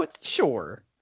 Sure